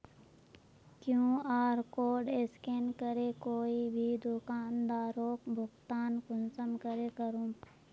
QR code scan करे कोई भी दुकानदारोक भुगतान कुंसम करे करूम?